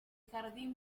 jardín